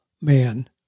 man